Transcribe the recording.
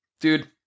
dude